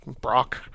Brock